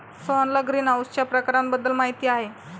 सोहनला ग्रीनहाऊसच्या प्रकारांबद्दल माहिती आहे